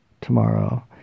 tomorrow